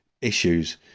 issues